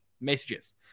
messages